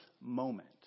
moment